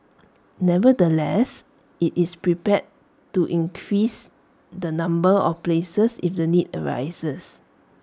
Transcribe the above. nevertheless IT is prepared to increase the number of places if the need arises